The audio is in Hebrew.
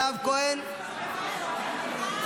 מתן כהנא,